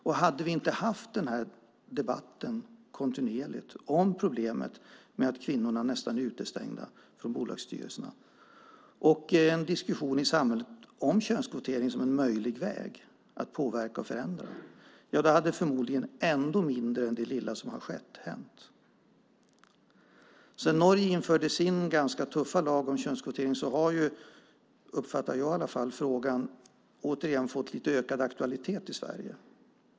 Om vi inte kontinuerligt hade haft den här debatten om problemet att kvinnor nästan är utestängda från bolagsstyrelser och en diskussion i samhället om könskvotering som en möjlig väg att påverka och förändra hade förmodligen ännu mindre hänt än det lilla som har skett. Sedan Norge införde sin ganska tuffa lag om könskvotering uppfattar jag att frågan har fått ökad aktualitet i Sverige.